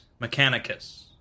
Mechanicus